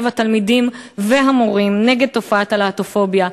התלמידים והמורים נגד תופעת הלהט"בופוביה,